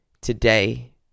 today